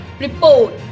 Report